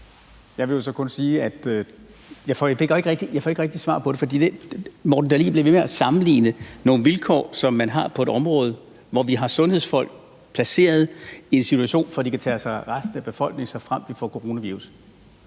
Jeg vil jo så kun sige, at jeg ikke rigtig får noget svar. Hr. Morten Dahlin bliver ved med at sammenligne nogle vilkår, hvor vi har sundhedsfolk placeret i en situation, for at de kan tage sig af resten af befolkningen, såfremt vi får coronavirus,